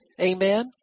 Amen